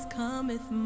cometh